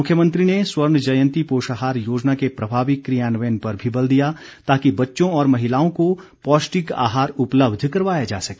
मुख्यमंत्री ने स्वर्ण जयंती पोषाहार योजना के प्रभावी कियान्वयन पर भी बल दिया ताकि बच्चों और महिलाओं को पौष्टिक आहार उपलब्ध करवाया जा सके